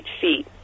feet